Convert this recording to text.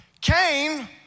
Cain